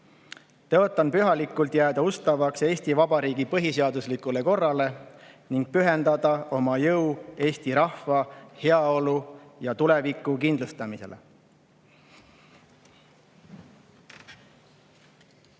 Tõotan pühalikult jääda ustavaks Eesti Vabariigi põhiseaduslikule korrale ning pühendada oma jõu eesti rahva heaolu ja tuleviku kindlustamisele.